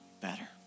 better